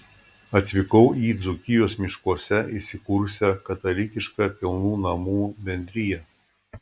atvykau į dzūkijos miškuose įsikūrusią katalikišką pilnų namų bendriją